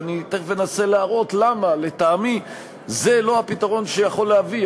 ואני תכף אנסה להראות למה לטעמי זה לא הפתרון שיכול להביא,